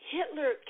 Hitler